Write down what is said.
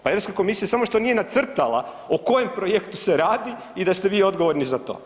Pa Europska komisija samo što nije nacrtala o kojem projektu se radi i da ste vi odgovorni za to.